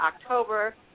october